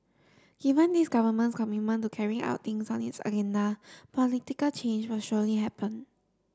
given this government's commitment to carrying out things on its agenda political change will surely happen